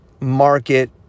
market